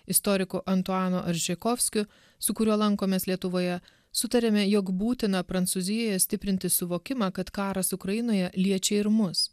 istoriku antuano aržaikovskiu su kuriuo lankomės lietuvoje sutarėme jog būtina prancūzijoje stiprinti suvokimą kad karas ukrainoje liečia ir mus